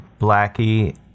Blackie